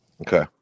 Okay